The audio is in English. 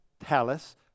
palace